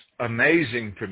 amazing